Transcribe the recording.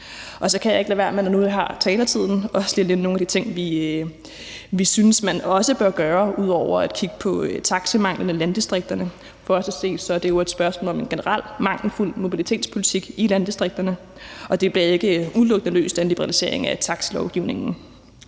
Så kan jeg ikke lade være med, når nu jeg har taletid, også lige at nævne nogle af de ting, vi synes man bør gøre ud over at kigge på taximangel i landdistrikterne. For os at se er det jo et spørgsmål om en generelt mangelfuld mobilitetspolitik i landdistrikterne, og det bliver ikke udelukkende løst af en liberalisering af taxalovgivningen.